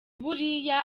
buriya